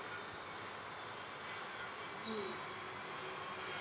hmm